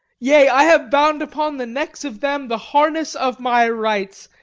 yea, i have bound upon the necks of them the harness of my rites.